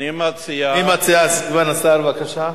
מה מציע סגן השר, בבקשה?